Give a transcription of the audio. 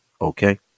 Okay